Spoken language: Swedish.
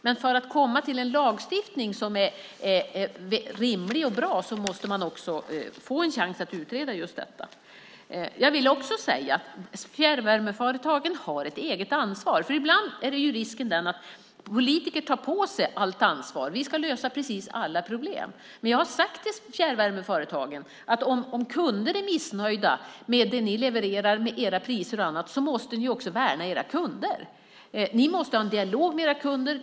Men för att komma till en lagstiftning som är rimlig och bra måste man också få en chans att utreda just detta. Fjärrvärmeföretagen har ett eget ansvar. Ibland är risken den att politiker tar på sig allt ansvar. Vi ska lösa precis alla problem. Jag har sagt till fjärrvärmeföretagen: Om kunder är missnöjda med det ni levererar och era priser måste ni också värna era kunder. Ni måste ha en dialog med era kunder.